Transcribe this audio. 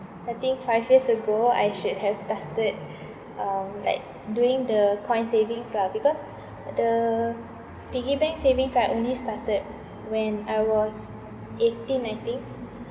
I think five years ago I should have started um like doing the coin savings lah because the piggy bank savings I only started when I was eighteen I think